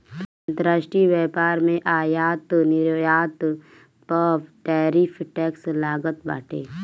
अंतरराष्ट्रीय व्यापार में आयात निर्यात पअ टैरिफ टैक्स लागत बाटे